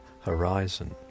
horizon